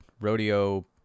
rodeo